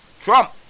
Trump